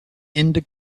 into